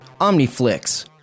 OmniFlix